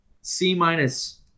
C-minus